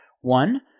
one